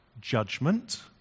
judgment